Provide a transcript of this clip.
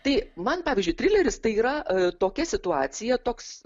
tai man pavyzdžiui trileris tai yra tokia situacija toks